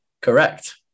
Correct